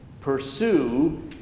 pursue